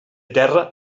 terra